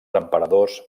emperadors